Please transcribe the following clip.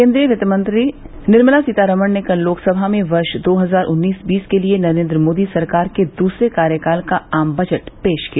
केन्द्रीय वित्तमंत्री निर्मला सीतारामन ने कल लोकसभा में वर्ष दो हजार उन्नीस बीस के लिए नरेन्द्र मोदी सरकार के दूसरे कार्यकाल का आम बजट पेश किया